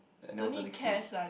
and then what's the next C